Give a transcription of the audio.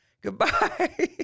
goodbye